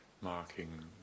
marking